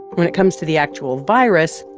when it comes to the actual virus,